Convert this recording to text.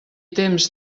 temps